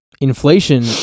inflation